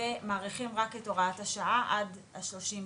ומאריכים רק את הוראת השעה עד ה-30 בדצמבר.